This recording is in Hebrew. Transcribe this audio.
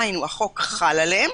היינו החוק חל עליהן,